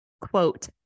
quote